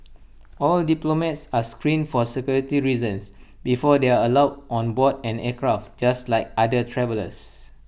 all diplomats are screened for security reasons before they are allowed on board an aircraft just like other travellers